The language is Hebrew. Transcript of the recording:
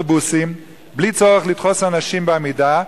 מאסף להסיע נוסעים בעמידה.